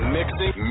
mixing